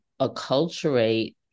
acculturate